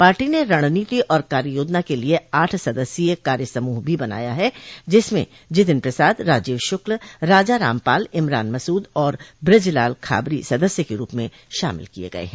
party ने रणनीति और कार्ययोजना के लिए आठ सदस्यीय कार्य समूह भी बनाया है जिसमें जितिन प्रसाद राजीव शुक्ल राजा रामपाल इमरान मस्द और बृजलाल खाबरी सदस्य के रूप में शामिल किये गये हैं